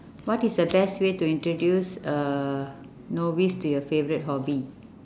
what is the best way to introduce a novice to your favourite hobby